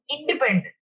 independent